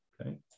Okay